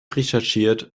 recherchiert